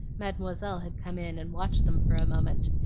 mademoiselle had come in and watched them for a moment.